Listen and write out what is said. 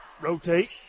rotate